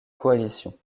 coalition